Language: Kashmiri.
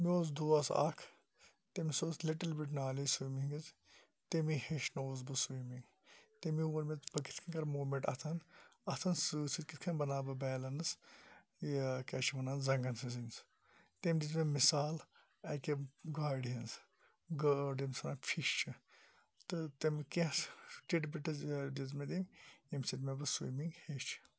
مےٚ اوس دوس اکھ تٔمِس ٲسۍ لِٹِل بِٹ نالیج سومِنٛگ ہٕنٛز تٔمی ہیٚچھنووُس بہٕ سومِنٛگ تٔمی وُون مےٚ بہٕ کِتھ کنۍ کَرٕ مومیٚنٹ اَتھَن اَتھَن سۭتۍ سۭتۍ کٕتھ کنۍ بَناوٕ بہٕ بیلنٕس یہِ کیاہ چھِ وَنان زَنٛگَن ہٕنٛز تٔمۍ دِژ مےٚ مِثال اَکہِ گاڈِ ہٕنٛز گٲڈ یمِس وَنان فِش چھِ تہٕ تٔمۍ کیاہ ٹِٹ بِٹٕس دِژ مےٚ تٔمۍ یمہِ سۭتۍ پتہٕ مےٚ سومِنٛگ ہیٚچھ